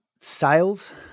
sales